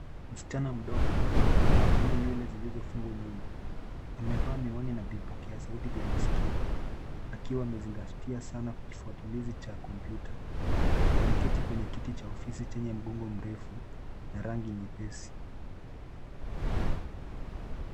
Msichana mdogo mwenye nywele zilizofungwa nyuma amevaa miwani na vipokea sauti vya masikio akiwa amezingatia sana kifuatilizi cha kompyuta. Ameketi kwenye kiti cha ofisi chenye mgongo mrefu na rangi nyepesi.